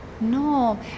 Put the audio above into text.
No